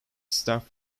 staff